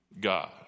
God